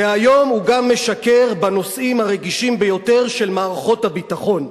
מהיום הוא גם משקר בנושאים הרגישים ביותר של מערכות הביטחון.